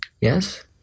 yes